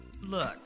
Look